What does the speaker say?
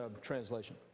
translation